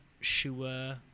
sure